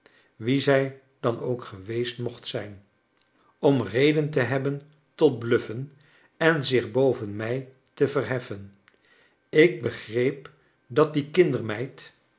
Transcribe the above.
wie zij dan ook geweest mocht zijn om reden te hebben tot bluffen en zich boven mij te verheffen ik begreep dat die kindermeid